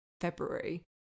February